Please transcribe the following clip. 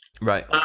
Right